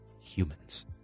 humans